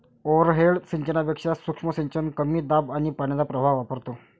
overhead सिंचनापेक्षा सूक्ष्म सिंचन कमी दाब आणि पाण्याचा प्रवाह वापरतो